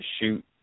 shoot